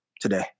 today